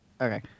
Okay